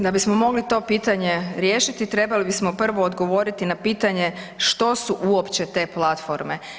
Da bismo mogli to pitanje riješiti trebali bismo prvo odgovoriti na pitanje što su uopće te platforme.